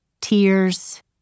Tears